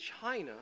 China